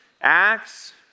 Acts